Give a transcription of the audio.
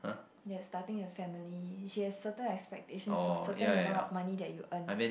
that starting a family she has certain expectations for certain amounts of money that you earn